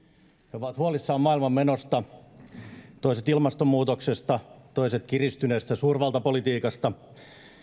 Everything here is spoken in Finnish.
he ovat huolissaan maailman menosta toiset ilmastonmuutoksesta toiset kiristyneestä suurvaltapolitiikasta